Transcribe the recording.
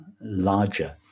larger